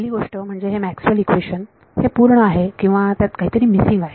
पहिली गोष्ट म्हणजे हे मॅक्सवेल इक्वेशनMaxwell's equation हे पूर्ण आहे किंवा त्यात काहीतरी मिसिंग आहे